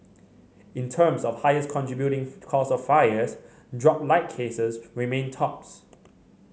in terms of highest contributing cause of fires dropped light cases remained tops